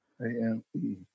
A-M-E